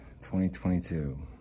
2022